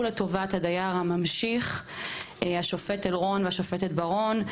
לטובת הדייר הממשיך השופט אלרון והשופטת ברון,